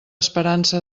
esperança